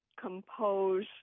compose